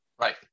Right